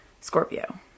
Scorpio